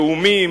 לאומי,